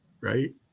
right